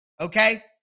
okay